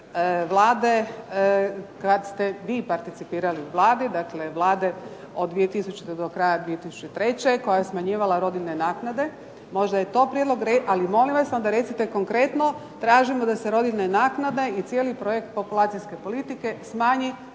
kad ste vi participirali Vlade, dakle Vlade od 2000. do kraja 2003. koja je smanjivala rodiljne naknade. Možda je to prijedlog. Ali molim vas onda recite konkretno tražimo da se rodiljna naknada i cijeli projekt populacijske politike smanji